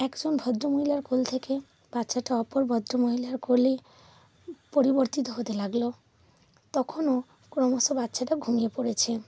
একজন ভদ্রমহিলার কোল থেকে বাচ্চাটা অপর ভদ্রমহিলার কোলে পরিবর্তিত হতে লাগল তখনও ক্রমশ বাচ্চাটা ঘুমিয়ে পড়েছে